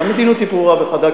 והמדיניות ברורה וחדה,